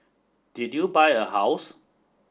did you buy a house